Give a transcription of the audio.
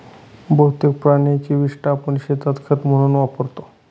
बहुतेक प्राण्यांची विस्टा आपण शेतात खत म्हणून वापरतो